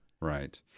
Right